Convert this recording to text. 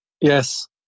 Yes